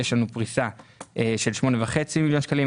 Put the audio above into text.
פריסה של 8.5 מיליון שקלים,